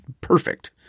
perfect